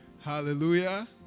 Hallelujah